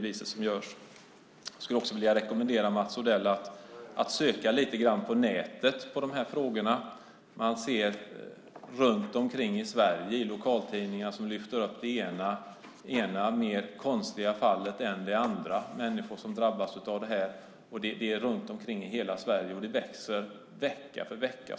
Jag skulle vilja rekommendera Mats Odell att söka lite på nätet i dessa frågor. Man ser att lokaltidningar runt om i Sverige lyfter fram det ena mer konstiga fallet än det andra. Människor drabbas i hela Sverige, och det växer vecka för vecka.